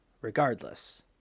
regardless